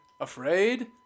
Afraid